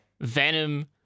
Venom